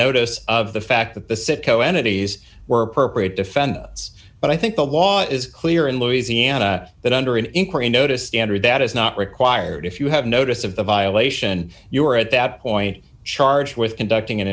notice of the fact that the citgo entities were appropriate defend us but i think the law is clear in louisiana that under an inquiry notice standard that is not required if you have notice of the violation you are at that point charged with conducting an